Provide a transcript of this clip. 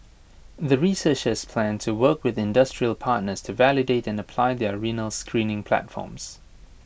the researchers plan to work with industrial partners to validate and apply their renal screening platforms